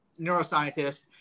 neuroscientist